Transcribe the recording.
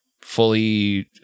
fully